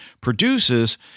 produces